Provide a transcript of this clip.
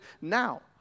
now